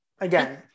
again